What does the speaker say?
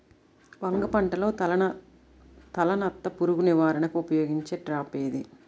వంగ పంటలో తలనత్త పురుగు నివారణకు ఉపయోగించే ట్రాప్ ఏది?